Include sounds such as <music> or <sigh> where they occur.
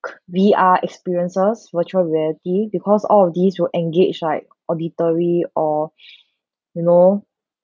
<noise> V_R experiences virtual reality because all of these will engage like auditory or <breath> you know